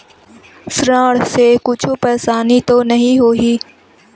ऋण से कुछु परेशानी तो नहीं होही?